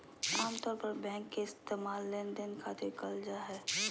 आमतौर पर बैंक के इस्तेमाल लेनदेन खातिर करल जा हय